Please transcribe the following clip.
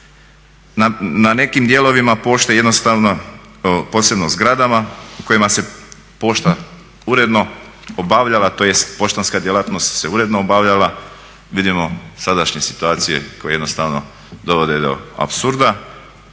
Na nekim dijelovima pošte, jednostavno posebno zgradama u kojima se pošta uredno obavljala, tj. poštanska djelatnost se uredno obavljala, vidimo sadašnje situacije koje jednostavno dovode do apsurda.